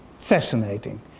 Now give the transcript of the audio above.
Fascinating